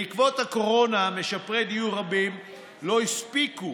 בעקבות הקורונה משפרי דיור רבים לא הספיקו,